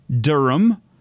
durham